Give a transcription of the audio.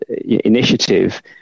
initiative